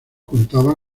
contaba